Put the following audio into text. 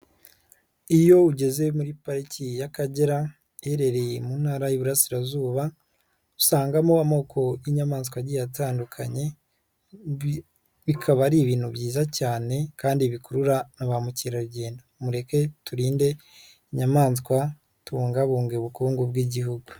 Iyo ugeze muri pariki y'Akagera iherereye mu ntara y'Iburasirazuba, usangamo amoko y'inyamaswa atandukanye, bikaba ari ibintu byiza cyane kandi bikurura na ba mukerarugendo. Mureke turinde inyamaswa tubungabunga ubukungu bw'igihugu.